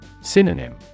Synonym